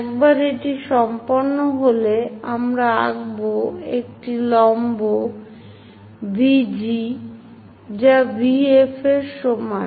একবার এটি সম্পন্ন হলে আমরা আঁকবো একটি লম্ব VG আঁকবো যা VF এর সমান